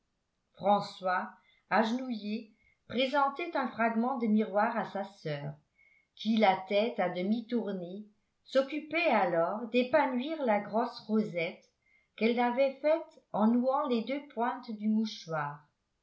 françois agenouillé présentait un fragment de miroir à sa soeur qui la tête à demi tournée s'occupait alors d'épanouir la grosse rosette qu'elle avait faite en nouant les deux pointes du mouchoir